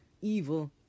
evil